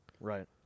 Right